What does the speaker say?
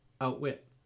Outwit